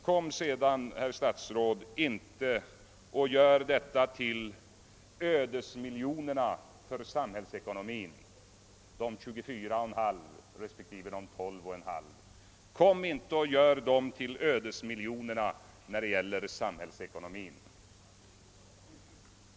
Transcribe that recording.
Gör sedan inte, herr statsråd, de 24,5 respektive 12,5 miljonerna till samhällsekonomins ödesmiljoner!